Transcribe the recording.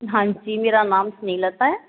ਹਾਂਜੀ ਮੇਰਾ ਨਾਮ ਸੁਨੀਲ ਲਤਾ ਹੈ